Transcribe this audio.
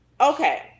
okay